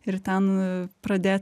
ir ten pradė